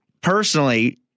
personally